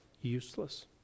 Useless